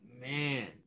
man